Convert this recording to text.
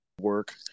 work